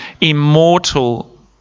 immortal